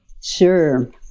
Sure